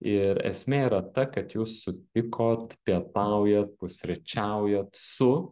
ir esmė yra ta kad jūs sutikot pietaujat pusryčiaujat su